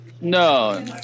No